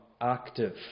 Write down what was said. active